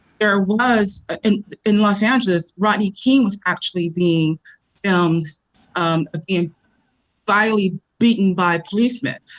there was in los angeles, rodney king was actually being filmed um ah being violently beaten by policemen.